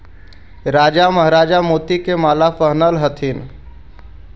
राजा महाराजा मोती के माला पहनऽ ह्ल्थिन